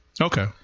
Okay